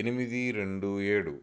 ఎనిమిది రెండు ఏడు